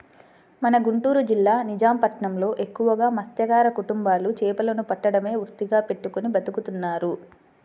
మన గుంటూరు జిల్లా నిజాం పట్నంలో ఎక్కువగా మత్స్యకార కుటుంబాలు చేపలను పట్టడమే వృత్తిగా పెట్టుకుని బతుకుతున్నారు